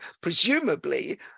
presumably